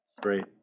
Great